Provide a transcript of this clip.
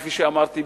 כפי שאמרתי,